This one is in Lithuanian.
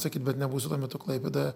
sakyt bet nebūsiu tuo metu klaipėdoje